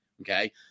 Okay